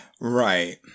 Right